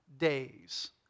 days